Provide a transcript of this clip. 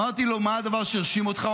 אמרתי לו: מה הדבר שהרשים אותך?